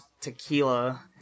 tequila